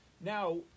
Now